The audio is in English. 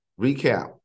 recap